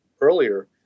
earlier